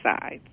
sides